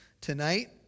tonight